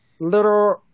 little